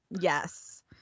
Yes